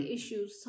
Issues